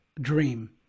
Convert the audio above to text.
dream